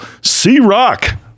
C-Rock